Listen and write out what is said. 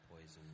poison